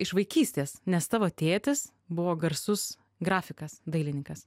iš vaikystės nes tavo tėtis buvo garsus grafikas dailininkas